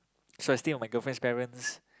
so I stay at my girlfriend parents